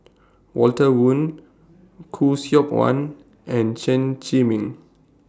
Walter Woon Khoo Seok Wan and Chen Zhiming